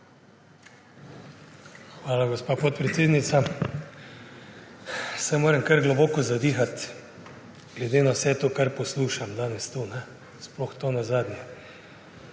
Hvala, gospa podpredsednica. Saj moram kar globoko zadihati, glede na vse to, kar poslušam danes tu. Sploh to zadnje.